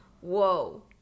whoa